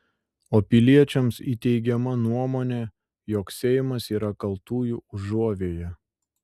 o piliečiams įteigiama nuomonė jog seimas yra kaltųjų užuovėja